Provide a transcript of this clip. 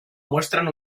muestran